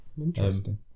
interesting